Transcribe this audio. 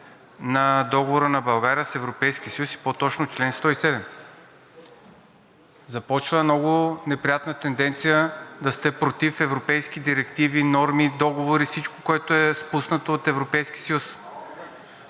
на Договора на България с Европейския съюз, и по-точно чл. 107. Започва много неприятна тенденция да сте против европейски директиви, норми, договори, всичко, което е спуснато от Европейския съюз.